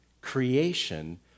Creation